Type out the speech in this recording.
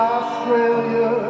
Australia